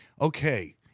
okay